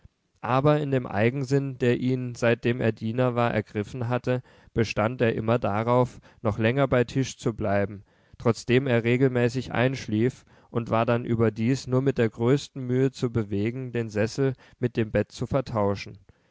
aber in dem eigensinn der ihn seitdem er diener war ergriffen hatte bestand er immer darauf noch länger bei tisch zu bleiben trotzdem er regelmäßig einschlief und war dann überdies nur mit der größten mühe zu bewegen den sessel mit dem bett zu vertauschen